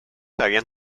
habían